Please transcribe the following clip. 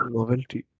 Novelty